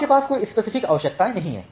आपके पास कोई स्पेसिफिक आवश्यकताएं नहीं हैं